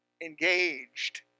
engaged